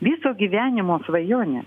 viso gyvenimo svajonė